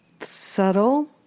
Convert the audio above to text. subtle